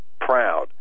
proud